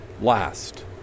last